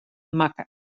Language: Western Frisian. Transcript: makke